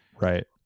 Right